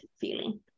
feeling